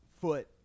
foot